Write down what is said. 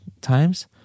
times